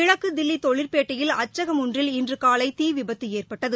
கிழக்கு தில்லி தொழில்பேட்டையில் அச்சகம் ஒன்றில் இன்று காலை தீ விபத்து ஏற்பட்டது